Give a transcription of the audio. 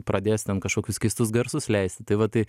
pradės ten kažkokius keistus garsus leisti tai va tai